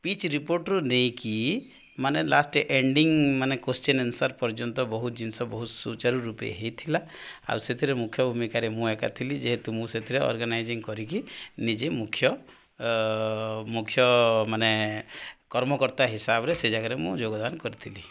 pitch ରିପୋର୍ଟ୍ରୁ ନେଇକି ମାନେ ଲାଷ୍ଟ୍ ଏଣ୍ଡିଂ ମାନେ କୋଶ୍ଚିନ୍ ଆନ୍ସର୍ ପର୍ଯ୍ୟନ୍ତ ବହୁତ୍ ଜିନିଷ ବହୁତ୍ ସୁଚାରୁ ରୂପେ ହେଇଥିଲା ଆଉ ସେଥିରେ ମୁଖ୍ୟ ଭୂମିକାରେ ମୁଁ ଏକା ଥିଲି ଯେହେତୁ ମୁଁ ସେଥିରେ ଅର୍ଗୋନାଇଜିଂ କରିକି ନିଜେ ମୁଖ୍ୟ ମୁଖ୍ୟ ମାନେ କର୍ମକର୍ତ୍ତା ହିସାବରେ ସେ ଜାଗାରେ ମୁଁ ଯୋଗଦାନ୍ କରିଥିଲି